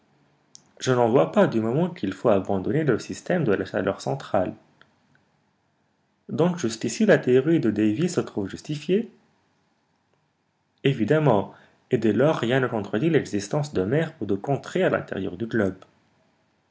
je n'en vois pas du moment qu'il faut abandonner le système de la chaleur centrale donc jusqu'ici la théorie de davy se trouve justifiée évidemment et dès lors rien ne contredit l'existence de mers ou de contrées à l'intérieur du globe